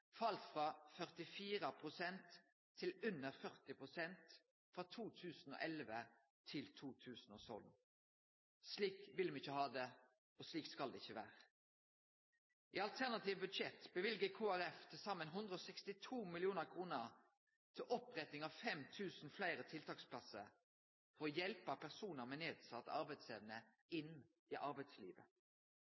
fall frå 44 pst. til under 40 pst. frå 2011 til 2012. Slik vil me ikkje ha det, og slik skal det ikkje vere. I alternativt budsjett løyver Kristeleg Folkeparti til saman 162 mill. kr til oppretting av 5 000 fleire tiltaksplassar, for å hjelpe personar med nedsett arbeidsevne inn i arbeidslivet.